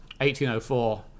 1804